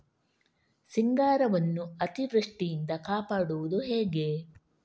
ಸಿಂಗಾರವನ್ನು ಅತೀವೃಷ್ಟಿಯಿಂದ ಕಾಪಾಡುವುದು ಹೇಗೆ?